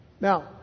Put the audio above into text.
Now